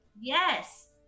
Yes